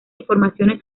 informaciones